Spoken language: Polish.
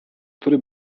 który